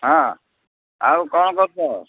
ହଁ ଆଉ କ'ଣ କରୁଛ